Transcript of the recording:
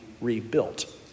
rebuilt